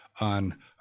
on